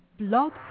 Blog